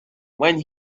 when